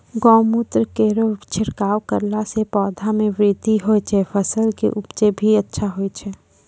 गौमूत्र केरो छिड़काव करला से पौधा मे बृद्धि होय छै फसल के उपजे भी अच्छा होय छै?